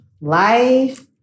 life